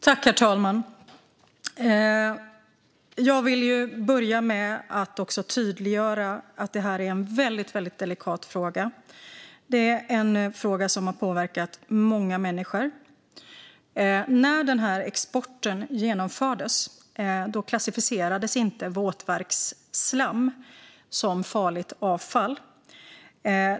Herr talman! Jag vill börja med att tydliggöra att detta är en väldigt delikat fråga som har påverkat många människor. När den här exporten genomfördes klassificerades inte våtverksslam som farligt avfall.